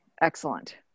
Excellent